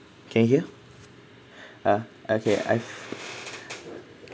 can you hear ah okay I